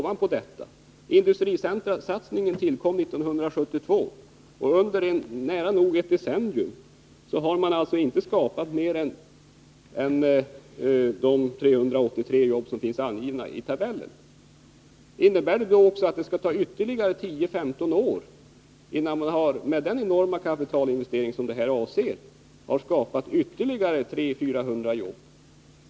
Satsningen på industricentra tillkom 1972, och under nära nog ett decennium har man alltså inte klarat mer än de 383 jobb som finns angivna i tabellen. Skall det ta ytterligare 10-15 år innan man, med den enorma kapitalinvestering det här avser, har skapat 300-400 nya jobb?